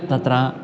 तत्र